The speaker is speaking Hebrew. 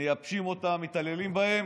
מייבשים אותם, מתעללים בהם.